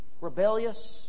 rebellious